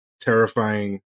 terrifying